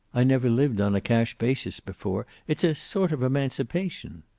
i never lived on a cash basis before. it's a sort of emancipation.